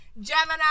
Gemini